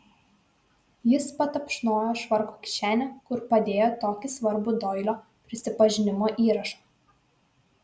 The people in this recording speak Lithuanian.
jis patapšnojo švarko kišenę kur padėjo tokį svarbų doilio prisipažinimo įrašą